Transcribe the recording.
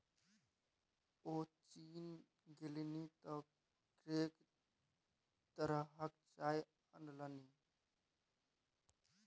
ओ चीन गेलनि तँ कैंक तरहक चाय अनलनि